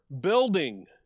building